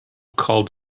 called